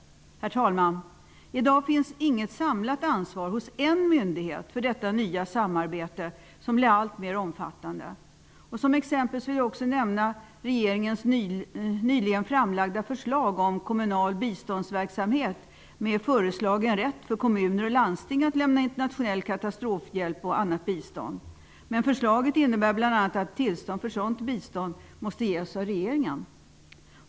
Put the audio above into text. Herr talman! I dag finns inget samlat ansvar hos en myndighet för detta nya samarbete som blir allt mer omfattande. Som exempel vill jag också nämna regeringens nyligen framlagda förslag om kommunal biståndsversamhet, med föreslagen rätt för kommuner och landsting att lämna internationell katastrofhjälp och annat bistånd. Men förslaget innebär bl.a. att tillstånd för ett sådant bistånd måste ges av regeringen.